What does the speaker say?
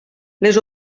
les